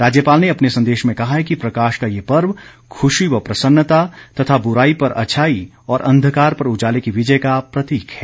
राज्यपाल ने अपने संदेश में कहा है कि प्रकाश का ये पर्व खुशी व प्रसन्नता तथा बुराई पर अच्छाई और अंधकार पर उजाले की विजय का प्रतीक है